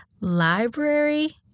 library